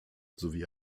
sowie